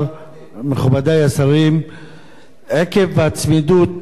עקב הצמידות של הבחירות לכנסת ולרשויות המקומיות